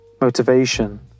Motivation